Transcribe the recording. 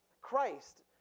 Christ